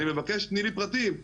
אני מבקש תני לי פרטים,